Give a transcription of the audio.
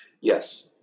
Yes